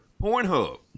Pornhub